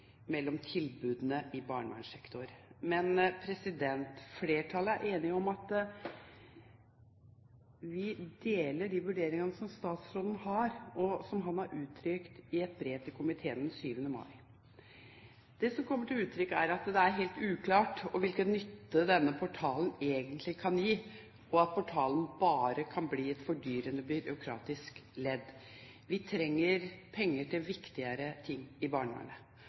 mellom tilbudene i barnevernssektoren. Flertallet deler de vurderingene som statsråden har, og som han har uttrykt i et brev til komiteen datert 7. mai. Det som kommer til uttrykk, er at det er helt uklart hvilken nytte denne portalen egentlig kan gi, og at portalen bare kan bli et fordyrende byråkratisk ledd. Vi trenger penger til viktigere ting i barnevernet.